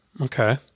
Okay